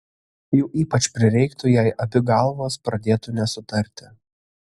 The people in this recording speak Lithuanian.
jų ypač prireiktų jei abi galvos pradėtų nesutarti